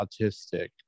autistic